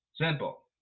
Simple